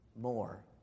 more